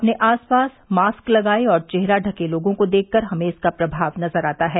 अपने आस पास मास्क लगाये और चेहरा ढके लोगों को देखकर हमें इसका प्रभाव नजर आता है